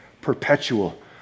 perpetual